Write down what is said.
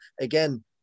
again